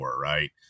right